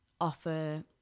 offer